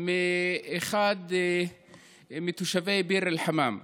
מאחד מתושבי ביר אל-חמאם.